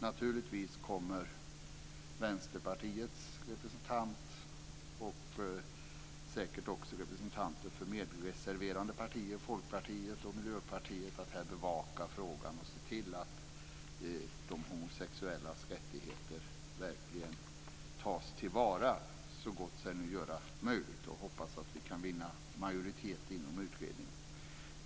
Naturligtvis kommer Vänsterpartiets representant och säkert också representanterna för medreservarande partier, Folkpartiet och Miljöpartiet, att bevaka frågan och se till att de homosexuellas rättigheter verkligen tas till vara, så långt det är möjligt. Jag hoppas att vi kan vinna majoritet inom utredningen.